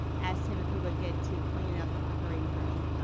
asked him if he would get to clean up the operating room,